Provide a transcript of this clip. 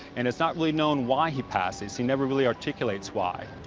and it's not really known why he passes. he never really articulates why.